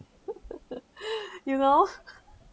you know